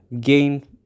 gain